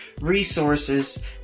resources